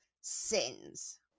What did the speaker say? sins